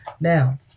Now